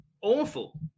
awful